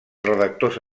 redactors